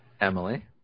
emily